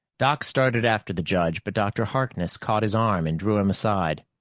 doc started after the judge, but dr. harkness caught his arm and drew him aside.